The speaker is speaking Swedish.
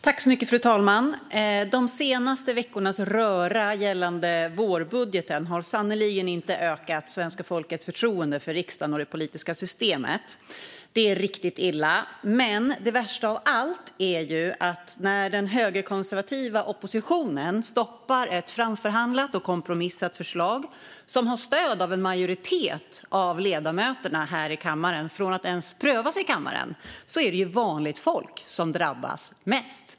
Fru talman! De senaste veckornas röra gällande vårbudgeten har sannerligen inte ökat svenska folkets förtroende för riksdagen och det politiska systemet. Det är riktigt illa. Men det värsta av allt är att när den högerkonservativa oppositionen stoppar ett framförhandlat och kompromissat förslag som har stöd av en majoritet av ledamöterna i kammaren från att ens prövas i kammaren är det vanligt folk som drabbas mest.